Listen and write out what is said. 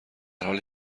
حالی